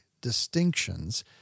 distinctions